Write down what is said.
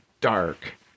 dark